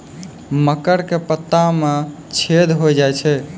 मकर के पत्ता मां छेदा हो जाए छै?